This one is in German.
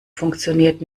funktioniert